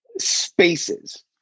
spaces